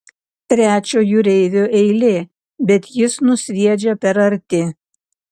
trečio jūreivio eilė bet jis nusviedžia per arti